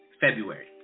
February